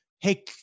hey